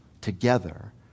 together